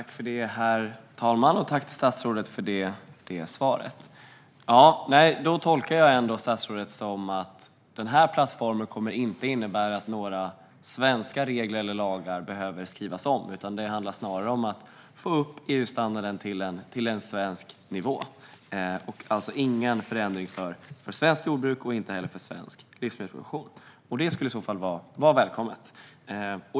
Herr talman! Tack, statsrådet, för svaret! Då tolkar jag ändå statsrådet som att den här plattformen inte kommer att innebära att några svenska regler eller lagar behöver skrivas om, utan att det snarare handlar om att få upp EU-standarden till svensk nivå. Det blir alltså ingen förändring för svenskt jordbruk och inte heller för svensk livsmedelsproduktion. Det skulle i så fall vara välkommet.